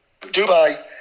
dubai